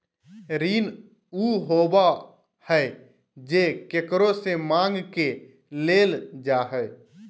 ऋण उ होबा हइ जे केकरो से माँग के लेल जा हइ